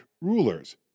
rulers